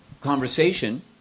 conversation